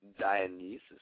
Dionysus